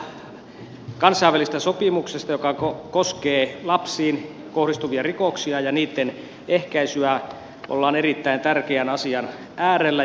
silloin kun puhutaan kansainvälisestä sopimuksesta joka koskee lapsiin kohdistuvia rikoksia ja niitten ehkäisyä ollaan erittäin tärkeän asian äärellä